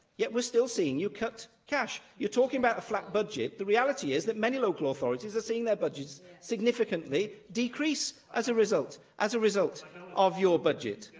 yet we're still seeing you cut cash. you're talking about a flat budget. the reality is that many local authorities are seeing their budgets significantly decrease as a result interruption. as a result of your budget.